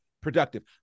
productive